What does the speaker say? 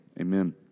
Amen